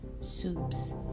soups